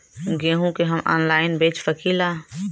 गेहूँ के हम ऑनलाइन बेंच सकी ला?